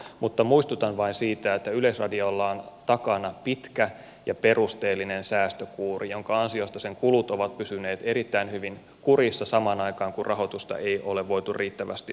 mutta muistutan vain siitä että yleisradiolla on takana pitkä ja perusteellinen säästökuuri jonka ansiosta sen kulut ovat pysyneet erittäin hyvin kurissa samaan aikaan kun rahoitusta ei ole voitu riittävästi kasvattaa